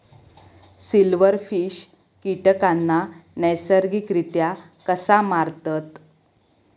Silverfish कीटकांना नैसर्गिकरित्या कसा मारतत?